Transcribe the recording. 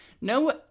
No